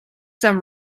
some